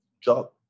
job